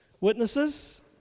Witnesses